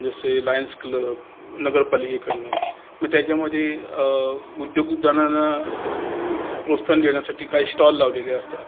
जसे Lions Club नगरपालिकेकडून मग त्याच्यामध्ये उद्योगजणांना एक प्रोत्साहन देण्यासाठी काही स्टॉल लावलेले असतात